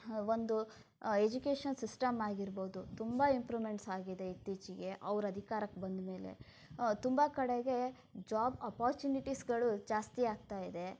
ಒಂದು education system ಆಗಿರ್ಬೋದು ತುಂಬ ಇಂಪ್ರೂಮೆಂಟ್ಸ್ ಆಗಿದೆ ಇತ್ತೀಚಿಗೆ ಅವರು ಅಧಿಕಾರಕ್ಕೆ ಬಂದಮೇಲೆ ತುಂಬ ಕಡೆಗೆ ಜಾಬ್ ಅಪಾರ್ಚುನಿಟೀಸ್ಗಳು ಜಾಸ್ತಿ ಆಗ್ತಾಯಿದೆ